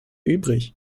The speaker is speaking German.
übrig